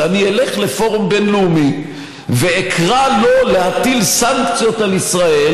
זה אני אלך לפורום בין-לאומי ואקרא לו להטיל סנקציות על ישראל,